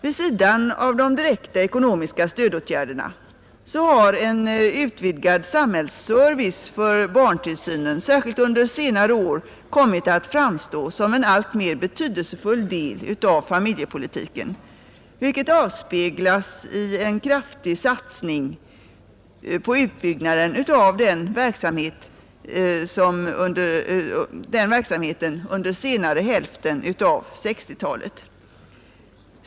Vid sidan av de direkta ekonomiska stödåtgärderna har en utvidgad samhällsservice för barntillsynen särskilt under senare år kommit att framstå som en alltmer betydelsefull del av familjepolitiken, vilket avspeglas i en kraftig satsning på utbyggnaden av den verksamheten under senare hälften av 1960-talet.